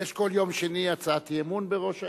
יש כל יום שני הצעת אי-אמון בראש, ?